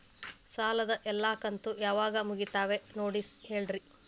ಸಾಲದ ಎಲ್ಲಾ ಕಂತು ಯಾವಾಗ ಮುಗಿತಾವ ನೋಡಿ ಹೇಳ್ರಿ